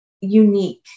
unique